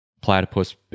platypus